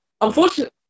Unfortunately